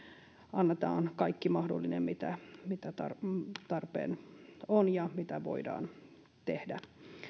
annetaan kaikki mahdollinen mitä mitä tarpeen on ja mitä voidaan tehdä